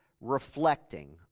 reflecting